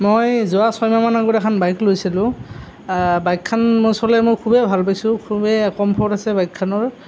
মই যোৱা ছয়মাহমান আগতে এখন বাইক লৈছিলোঁ বাইকখন মই চলাই মই খুবেই ভাল পাইছোঁ খুবেই কমফৰ্ট আছে বাইকখনৰ